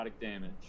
damage